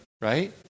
right